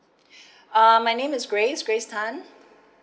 uh my name is grace grace tan